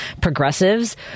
progressives